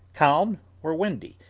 calm or windy,